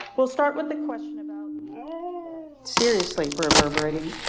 we'll start with the question about seriously reverberating.